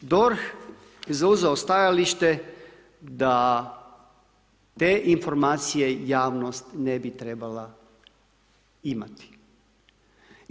DORH je zauzeo stajalište da te informacije javnost ne bi trebala imati.